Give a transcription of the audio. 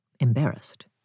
embarrassed